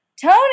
Tony